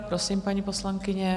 Prosím, paní poslankyně.